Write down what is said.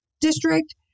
district